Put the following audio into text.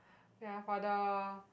ya for the